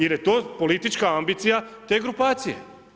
Jer je to politička ambicija te grupacije.